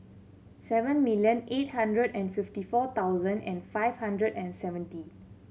seven million eight hundred and fifty four thousand and five hundred and seventy